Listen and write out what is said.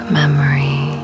memory